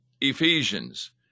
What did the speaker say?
Ephesians